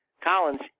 Collins